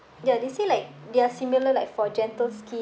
ya they say like they are similar like for gentle skin